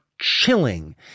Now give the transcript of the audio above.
chilling